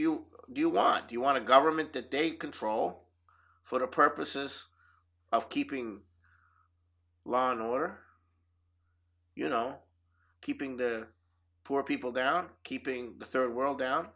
you do you want do you want to government that they control for the purposes of keeping law and order you know keeping the poor people down keeping the third world down